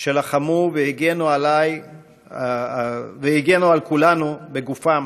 שלחמו והגנו על כולנו בגופם